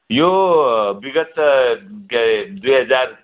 यो विगत के रे दुई हजार